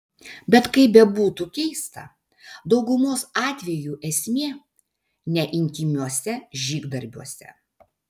bet kaip bebūtų keista daugumos atvejų esmė ne intymiuose žygdarbiuose